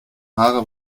haare